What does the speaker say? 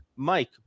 Mike